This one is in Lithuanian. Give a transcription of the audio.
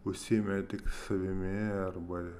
užsiėmė tik savimi arba